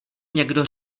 někdo